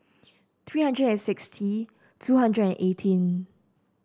three hundred and sixty two hundred and eighteen